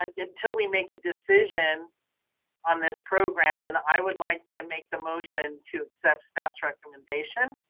until we make a decision on this program, and i would like to make the motion to accept staff's recommendation